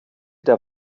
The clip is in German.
der